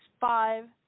five